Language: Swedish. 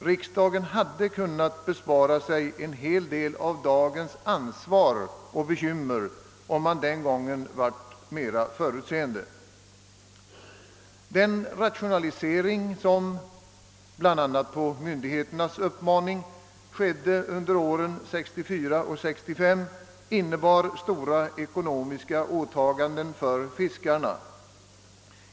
Riksdagen hade kunnat bespara sig en hel del av dagens ansvar och bekymmer, om man den gången hade varit mera förutseende. Den rationalisering som — bland annat på myndigheternas uppmaning — skedde under åren 1964 och 1965 innebar stora ekonomiska åtaganden för fiskarna.